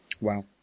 wow